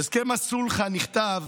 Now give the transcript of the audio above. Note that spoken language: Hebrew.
בהסכם הסולחה נכתב